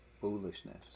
foolishness